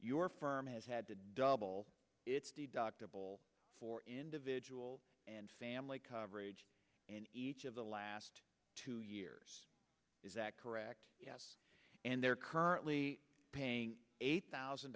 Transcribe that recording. your firm has had to double its deductible for individual and family coverage and each of the last two years is that correct yes and there currently paying eight thousand